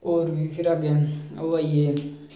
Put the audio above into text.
होर फिर अग्गें ओह् आई गे